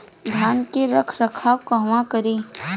धान के रख रखाव कहवा करी?